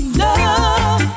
love